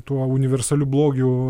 tuo universaliu blogiu